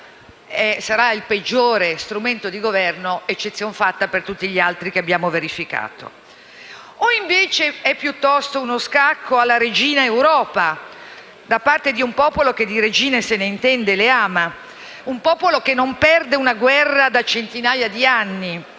la democrazia è il peggior strumento di Governo, eccezion fatta per tutti gli altri che abbiamo verificato. O, invece, è piuttosto uno scacco alla regina Europa da parte di un popolo che di regine se ne intende e le ama. Un popolo che non perde una guerra da centinaia di anni.